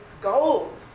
goals